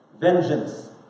vengeance